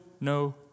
no